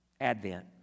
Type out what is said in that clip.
Advent